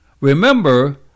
remember